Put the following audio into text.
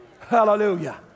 Hallelujah